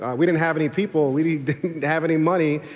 ah we didn't have any people, we didn't and have any money.